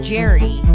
Jerry